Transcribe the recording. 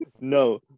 No